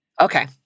Okay